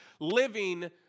living